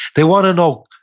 they want to know,